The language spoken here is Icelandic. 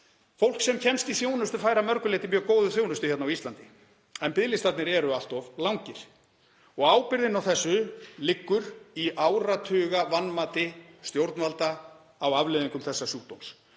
Fólk sem kemst í þjónustu fær að mörgu leyti mjög góða þjónustu hérna á Íslandi en biðlistarnir eru allt of langir. Ábyrgðin á þessu liggur í áratuga vanmati stjórnvalda á afleiðingum þessa sjúkdóms.